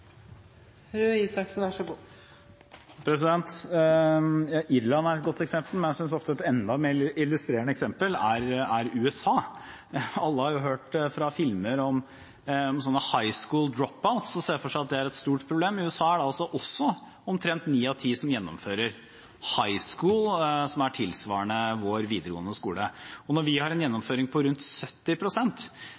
har noe å strekke oss etter og bør kunne komme lengre med en bedre innsats. Irland er et godt eksempel, men jeg synes ofte at et enda mer illustrerende eksempel er USA. Alle har hørt fra filmer om sånne «high school drop-outs» og ser for seg at det er et stort problem. I USA er det også omtrent ni av ti som gjennomfører high school, som er tilsvarende vår videregående skole. Og når vi har